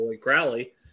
Crowley